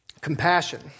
Compassion